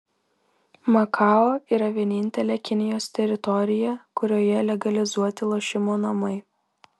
makao yra vienintelė kinijos teritorija kurioje legalizuoti lošimo namai